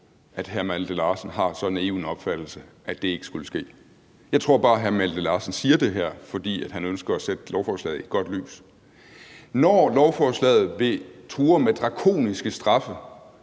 at hr. Malte Larsen har så naiv en opfattelse, at han tror, at det ikke skulle ske. Jeg tror bare, at hr. Malte Larsen siger det her, fordi han ønsker at stille lovforslaget i et godt lys. Når lovforslaget truer med drakoniske straffe